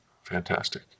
Fantastic